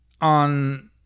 on